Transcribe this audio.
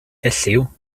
elliw